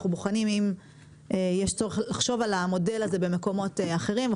אנחנו בוחנים אם יש צורך לחשוב על המודל הזה במקומות אחרים.